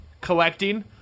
Collecting